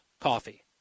coffee